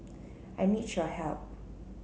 I need your help